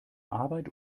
arbeit